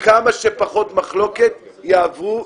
-- ועם כמה שפחות מחלוקת יעברו,